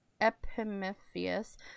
Epimetheus